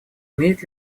имеет